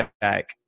back